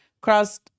crossed